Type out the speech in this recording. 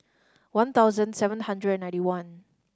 one thousand seven hundred and ninety one